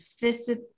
deficit